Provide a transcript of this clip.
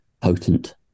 potent